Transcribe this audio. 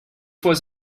was